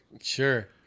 Sure